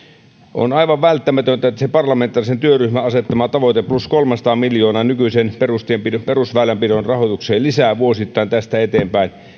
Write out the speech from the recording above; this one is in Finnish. on aivan välttämätöntä että vähintää parlamentaarisen työryhmän asettamasta tavoitteesta plus kolmesataa miljoonaa nykyisen perusväylänpidon rahoitukseen lisää vuosittain tästä eteenpäin